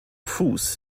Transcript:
fuß